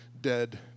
Dead